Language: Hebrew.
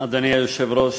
אדוני היושב-ראש,